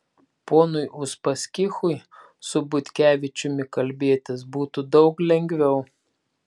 ponui uspaskichui su butkevičiumi kalbėtis būtų daug lengviau